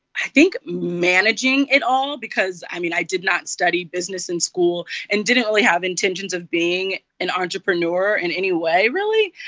i think, managing it all because, i mean, i did not study business in school and didn't really have intentions of being an entrepreneur in any way, really.